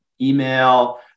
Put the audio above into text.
email